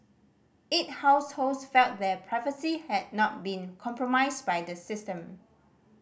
eight households felt their privacy had not been compromised by the system